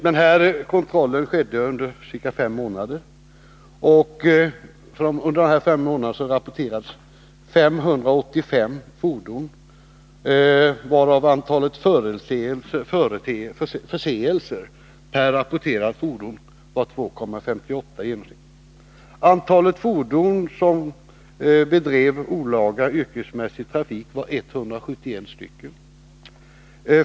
Denna kontroll skedde under ca fem månader, och under den tiden rapporterades 585 fordon. Antalet förseelser per rapporterat fordon var 2,58 i genomsnitt. Antalet fordon som bedrev olaga yrkesmässig trafik var 171.